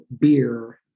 beer